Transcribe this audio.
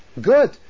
Good